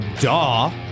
Daw